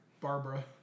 Barbara